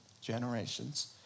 generations